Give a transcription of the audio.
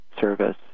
service